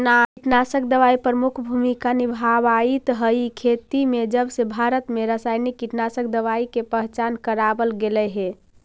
कीटनाशक दवाई प्रमुख भूमिका निभावाईत हई खेती में जबसे भारत में रसायनिक कीटनाशक दवाई के पहचान करावल गयल हे